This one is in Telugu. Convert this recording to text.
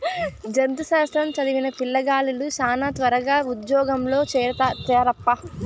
జంతు శాస్త్రం చదివిన పిల్లగాలులు శానా త్వరగా ఉజ్జోగంలో చేరతారప్పా